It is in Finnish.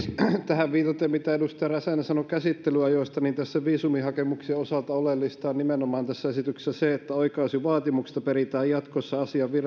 tähän viitaten mitä edustaja räsänen sanoi käsittelyajoista niin viisumihakemuksen osalta oleellista on tässä esityksessä nimenomaan se että oikaisuvaatimuksesta peritään jatkossa asian vireillepanon